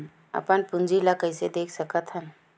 अपन पूंजी ला कइसे देख सकत हन?